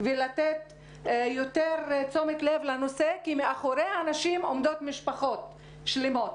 ולתת יותר תשומת לב לנושא כי מאחורי האנשים עומדות משפחות שלמות.